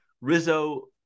Rizzo